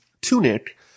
tunic